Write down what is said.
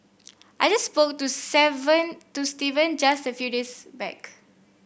I just spoke to seven to Steven just a few days back